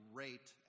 rate